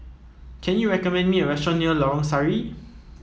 can you recommend me a restaurant near Lorong Sari